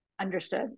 Understood